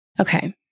Okay